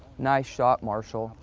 nice shot, marshall.